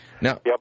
Now